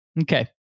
Okay